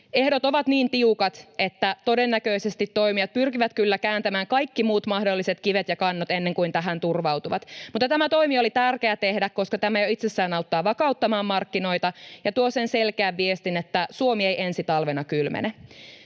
Ehdot ovat niin tiukat, että todennäköisesti toimijat pyrkivät kyllä kääntämään kaikki muut mahdolliset kivet ja kannot ennen kuin tähän turvautuvat. Mutta tämä toimi oli tärkeää tehdä, koska tämä jo itsessään auttaa vakauttamaan markkinoita ja tuo sen selkeän viestin, että Suomi ei ensi talvena kylmene.